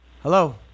Hello